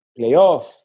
playoff